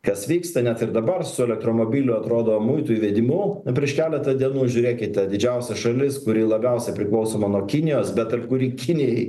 kas vyksta net ir dabar su elektromobilių atrodo muitų įvedimu prieš keletą dienų žiūrėkite didžiausia šalis kuri labiausia priklausoma nuo kinijos bet tarp kuri kinijai